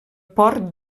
port